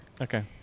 Okay